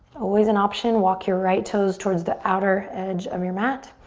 always an option, walk your right toes towards the outer edge of your mat.